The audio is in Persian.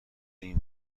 این